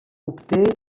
obté